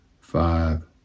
five